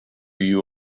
you